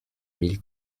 mille